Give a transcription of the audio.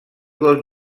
del